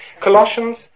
Colossians